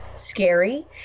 Scary